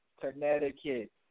Connecticut